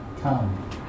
come